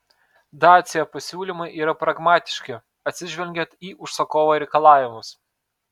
dacia pasiūlymai yra pragmatiški atsižvelgiant į užsakovo reikalavimus